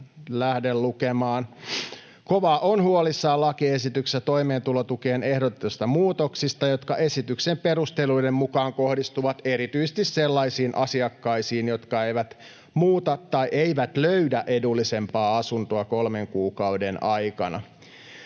lähde lukemaan: KOVA on huolissaan lakiesityksessä toimeentulotukeen ehdotetuista muutoksista, jotka esityksen perusteluiden mukaan kohdistuvat erityisesti sellaisiin asiakkaisiin, jotka eivät muuta tai eivät löydä edullisempaa asuntoa kolmen kuukauden aikana.